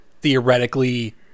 theoretically